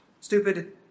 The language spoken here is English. Stupid